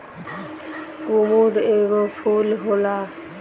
कुमुद एगो फूल होला